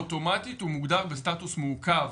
אוטומטית הוא מוגדר בסטטוס מעוכב.